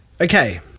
Okay